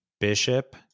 Bishop